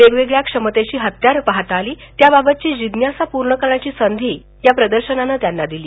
वेगवेगळ्या क्षमतेची हत्यारं पाहता आली त्याबाबतची जिज्ञासा पूर्ण करण्याची संधी या प्रदर्शनानं त्यांना दिली